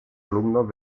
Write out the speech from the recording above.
alumnos